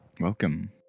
Welcome